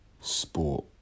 sport